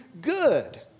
good